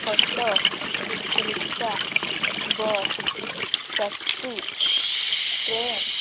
auto rickshaw bus taxi train